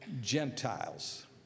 Gentiles